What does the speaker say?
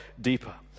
deeper